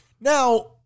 Now